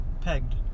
pegged